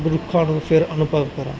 ਰੁੱਖਾਂ ਨੂੰ ਫਿਰ ਅਨੁਭਵ ਕਰਾ